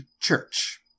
church